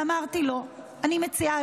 ואמרתי לו: אני מציעה,